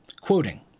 Quoting